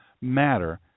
matter